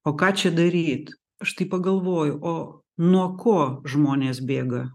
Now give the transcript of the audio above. o ką čia daryt aš tai pagalvoju o nuo ko žmonės bėga